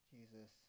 Jesus